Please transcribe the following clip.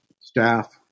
staff